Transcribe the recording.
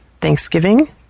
Thanksgiving